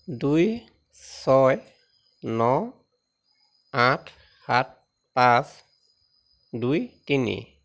দুই ছয় ন আঠ সাত পাঁচ দুই তিনি